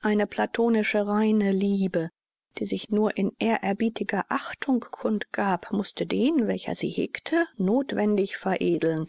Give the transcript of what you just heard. eine platonische reine liebe die sich nur in ehrerbietiger achtung kund gab mußte den welcher sie hegte nothwendig veredeln